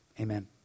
Amen